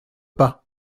pas